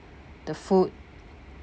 the food